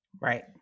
Right